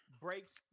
breaks